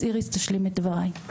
אז איריס תשלים את דבריי.